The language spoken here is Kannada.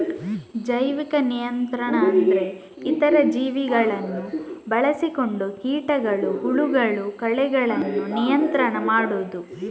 ಜೈವಿಕ ನಿಯಂತ್ರಣ ಅಂದ್ರೆ ಇತರ ಜೀವಿಗಳನ್ನ ಬಳಸಿಕೊಂಡು ಕೀಟಗಳು, ಹುಳಗಳು, ಕಳೆಗಳನ್ನ ನಿಯಂತ್ರಣ ಮಾಡುದು